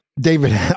David